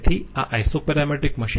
તેથી આ isoparametric machining છે